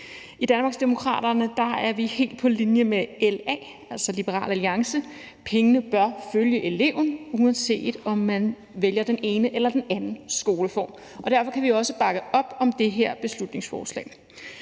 I Danmarksdemokraterne er vi helt på linje med Liberal Alliance. Pengene bør følge eleven, uanset om man vælger den ene eller den anden skoleform, og derfor kan vi også bakke op om det her beslutningsforslag.